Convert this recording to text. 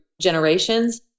generations